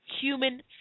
human